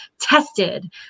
tested